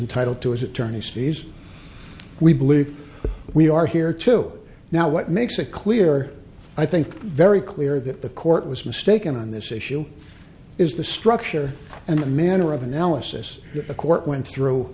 entitled to his attorney's fees we believe we are here to now what makes a clear i think very clear that the court was mistaken on this issue is the structure and the manner of analysis that the court went through